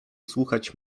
słuchać